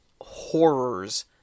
horrors